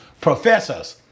professors